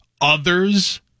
others